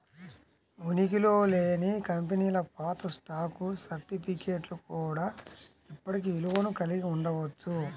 ఉనికిలో లేని కంపెనీల పాత స్టాక్ సర్టిఫికేట్లు కూడా ఇప్పటికీ విలువను కలిగి ఉండవచ్చు